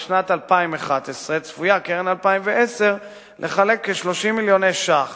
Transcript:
בשנת 2011 צפויה קרן 2010 לחלק כ-30 מיליוני שקלים,